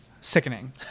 Sickening